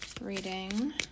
reading